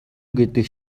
гэдэг